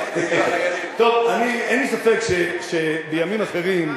טוב, אין לי ספק שבימים אחרים,